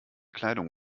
kleidung